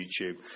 YouTube